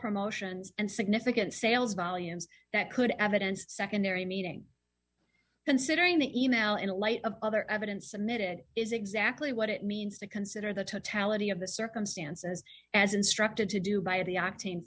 promotions and significant sales volumes that could evidence secondary meeting considering the e mail in light of other evidence submitted is exactly what it means to consider the totality of the circumstances as instructed to do by the act